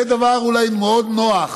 זה אולי דבר מאוד נוח